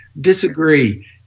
Disagree